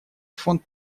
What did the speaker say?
фонд